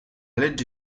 legge